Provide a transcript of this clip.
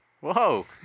Whoa